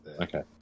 Okay